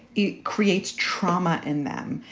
it creates trauma in them.